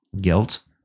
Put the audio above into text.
guilt